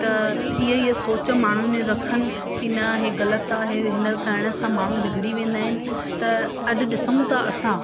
त इअ इअ सोच माण्हुनि ने रखनि की न हे ग़लतु आहे हिन खे करणु सां माण्हू बिगड़ी वेंदा आहिनि त अॼु ॾिसूं था असां